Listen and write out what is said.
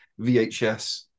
vhs